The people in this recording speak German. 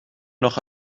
noch